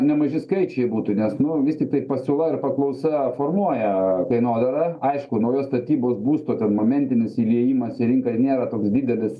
nemaži skaičiai būtų nes nu vis tiktai pasiūla ir paklausa formuoja kainodarą aišku naujos statybos būsto ten momentinis įliejimas į rinką ir nėra toks didelis